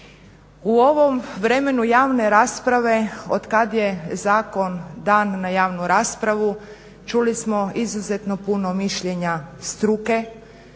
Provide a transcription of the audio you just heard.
U ovom vremenu javne rasprave od kada je zakon dan na javnu raspravu čuli smo izuzetno puno mišljenja struke,